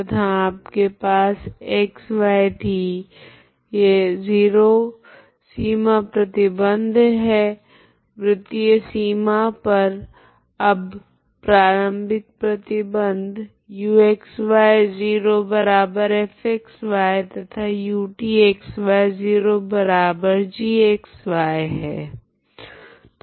तथा आपके पास xyt0 सीमा प्रतिबंध है वृत्तीय सीमा पर अब प्रारम्भिक प्रतिबंध uxy0fxy तथा utxy0gxy है